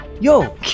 Yo